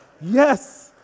Yes